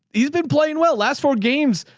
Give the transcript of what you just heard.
he's been playing well, last four games.